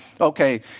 okay